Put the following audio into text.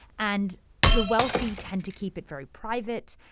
and the wealthy tend to keep it very private.